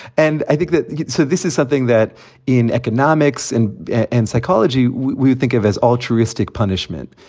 and i think that so this is something that in economics and in psychology, we we think of as altruistic punishment.